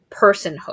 personhood